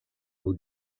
will